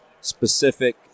specific